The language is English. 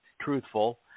truthful